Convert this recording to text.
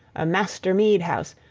a master mead-house,